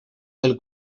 del